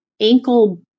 ankle